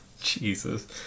Jesus